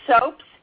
soaps